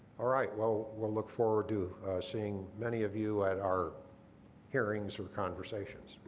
alright. well, we'll look forward to seeing many of you at our hearings or conversations.